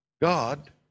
God